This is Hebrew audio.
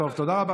טוב, תודה רבה.